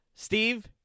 Steve